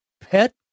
pet